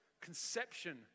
conception